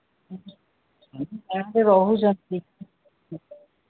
ରହୁଛନ୍ତି